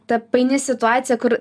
ta paini situacija kur